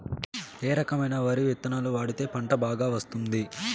ఏ రకమైన వరి విత్తనాలు వాడితే పంట బాగా వస్తుంది?